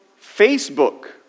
Facebook